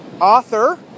Author